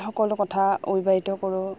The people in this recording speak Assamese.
সকলো কথা অবিবাহিত কৰোঁ